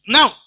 Now